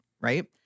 right